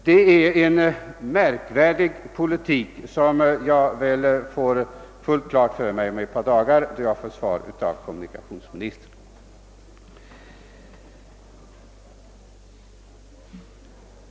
Det är en märkvärdig politik som jag torde få full klarhet om inom ett par dagar då jag har svar att vänta från kommunikationsministern.